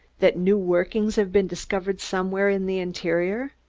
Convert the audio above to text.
that new workings have been discovered somewhere in the interior?